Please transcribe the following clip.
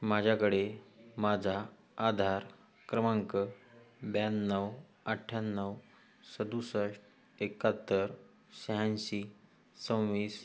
माझ्याकडे माझा आधार क्रमांक ब्याण्णव अठ्ठ्याण्णव सदुसष्ट एकाहत्तर शहाऐंशी सव्वीस